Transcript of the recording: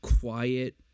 quiet